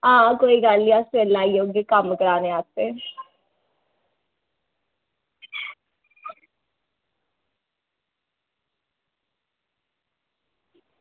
आं कोई गल्ल निं अं'ऊ सबेल्ला आई जाह्गी कम्म कराने आस्तै